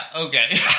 okay